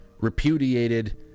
repudiated